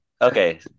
Okay